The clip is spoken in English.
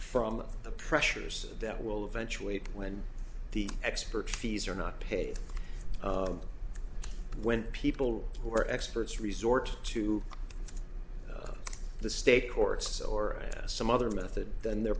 from the pressures that will eventually when the expert fees are not paid when people who are experts resort to the state courts or some other method than the